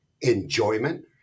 enjoyment